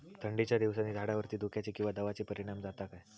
थंडीच्या दिवसानी झाडावरती धुक्याचे किंवा दवाचो परिणाम जाता काय?